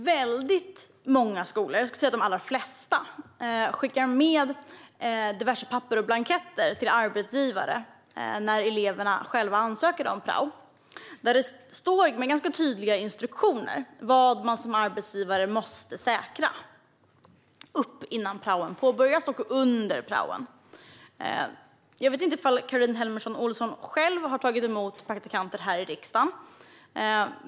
Herr talman! Många skolor, de allra flesta, skickar med diverse papper och blanketter till arbetsgivare när eleverna själva ansöker om prao. Där finns det ganska tydliga instruktioner om vad man som arbetsgivare måste säkra upp innan praon påbörjas och under praon. Jag vet inte om Caroline Helmersson Olsson själv har tagit emot praktikanter här i riksdagen.